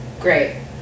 Great